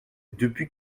depuis